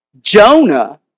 Jonah